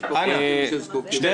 יש פה חלקים שזקוקים לחינוך מיוחד.